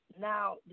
now